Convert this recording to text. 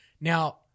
Now